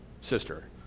sister